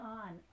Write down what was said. on